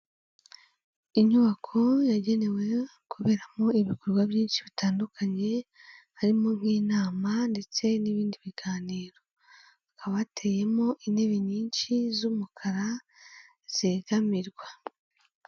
Inyubako yagenewe kuberamo ibikorwa byinshi bitandukanye, harimo nk'inama ndetse n'ibindi biganiro, hakaba hateyemo intebe nyinshi z'umukara zegamirwa.